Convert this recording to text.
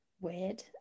Weird